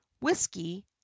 whiskey